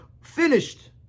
finished